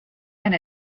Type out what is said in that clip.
and